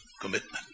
commitment